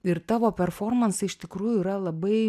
ir tavo performansai iš tikrųjų yra labai